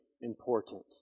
important